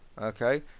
Okay